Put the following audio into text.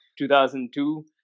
2002